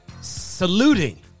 saluting